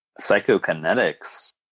psychokinetics